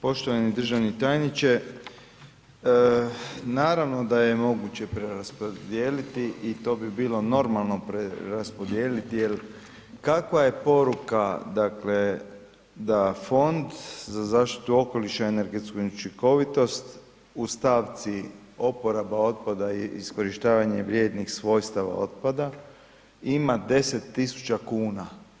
Poštovani državni tajniče, naravno da je moguće preraspodijeliti i to bi bilo normalno preraspodijeliti jer kakva je poruka da Fond za zaštitu okoliša i energetsku učinkovitost u stavci oporaba otpada i iskorištavanja vrijednih svojstava otpada, ima 10 000 kuna.